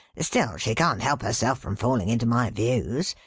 still she can't help herself from falling into my views,